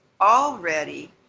already